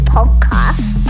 Podcast